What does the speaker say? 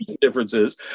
differences